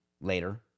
later